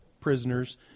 prisoners